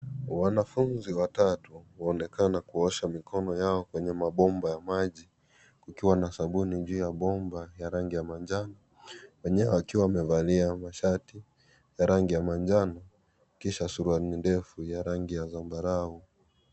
Wanafunzi watatu wanaonekana kuosha mikono yao kwenye mabomba ya maji ikiwa na sabuni juu ya bomba ya rangi ya manjano akiwa amevalia shati ya rangi ya manjano kisha suruali ndefu ya rangi ya sambarau.